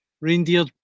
Reindeer